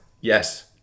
Yes